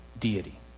deity